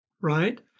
Right